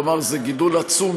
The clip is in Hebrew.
כלומר זה גידול עצום,